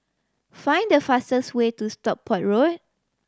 find the fastest way to Stockport Road